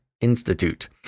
Institute